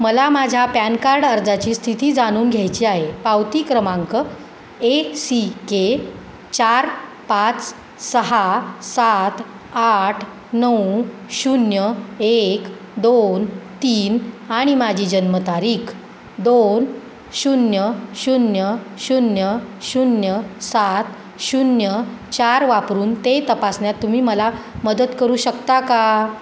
मला माझ्या PAN card अर्जाची स्थिती जाणून घ्यायची आहे पावती क्रमांक ए सी के चार पाच सहा सात आठ नऊ शून्य एक दोन तीन आणि माझी जन्मतारीख दोन शून्य शून्य शून्य शून्य सात शून्य चार वापरून ते तपासण्यात तुम्ही मला मदत करू शकता का